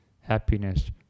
happiness